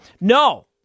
No